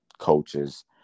Coaches